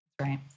Right